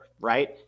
right